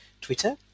Twitter